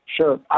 Sure